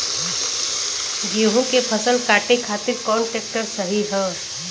गेहूँक फसल कांटे खातिर कौन ट्रैक्टर सही ह?